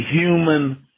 human